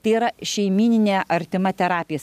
tai yra šeimyninė artima terapija